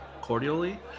cordially